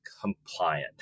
compliant